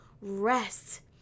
rest